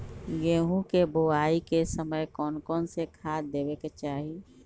गेंहू के बोआई के समय कौन कौन से खाद देवे के चाही?